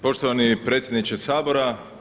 Poštovani predsjedniče Sabora.